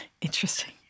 Interesting